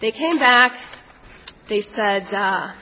they came back they said